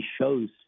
shows